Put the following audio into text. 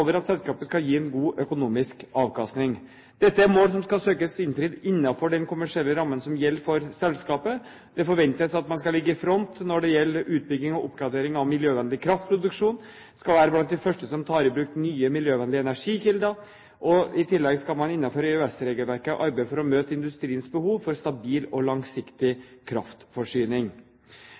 at selskapet skal gi en god økonomisk avkastning. Dette er mål som skal søkes innfridd innenfor den kommersielle rammen som gjelder for selskapet. Det forventes at man skal ligge i front når det gjelder utbygging og oppgradering av miljøvennlig kraftproduksjon, og at man skal være blant de første som tar i bruk nye miljøvennlige energikilder. I tillegg skal man innenfor EØS-regelverket arbeide for å møte industriens behov for stabil og langsiktig kraftforsyning.